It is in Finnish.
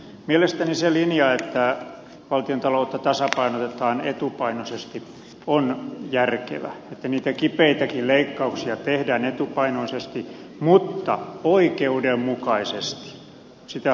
mielestäni se linja että valtiontaloutta tasapainotetaan etupainoisesti on järkevä että niitä kipeitäkin leikkauksia tehdään etupainoisesti mutta oikeudenmukaisesti sitä haluan korostaa